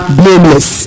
blameless